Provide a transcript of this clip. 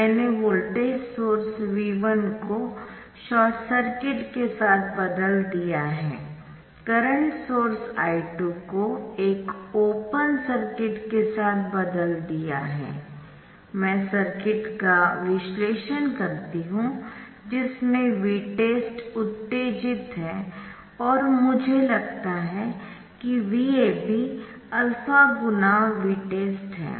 मैंने voltage source V1 को short circuit के साथ बदल दिया है करंट सोर्स I2 को एक ओपन सर्किट के साथ बदल दिया है मैं सर्किट का विश्लेषण करती हूं जिसमें Vtest उत्तेजित है और मुझे लगता है कि VAB α × Vtest है